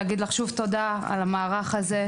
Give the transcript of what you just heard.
להגיד לך שוב תודה על המערך הזה,